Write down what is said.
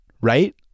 right